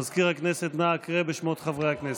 מזכיר הכנסת, נא קרא בשמות חברי הכנסת.